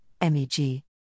MEG